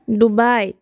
Dubai